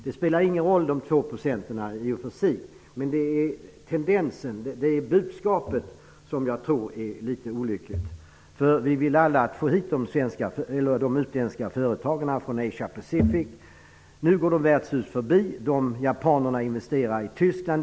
De två procenten spelar i och för sig inte någon roll, men det är tendensen i budskapet, som jag tror är olycklig. Vi vill alla få hit de utländska företagen från Asia Pacific. Nu går de värdshus förbi. Japanerna investerar direkt i Tyskland.